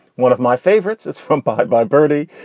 one of my favorites is from bye bye birdie.